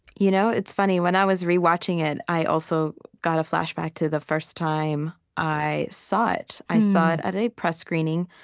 you know it's funny. when i was re-watching it, i also got a flashback to the first time i saw it. i saw it at a press screening,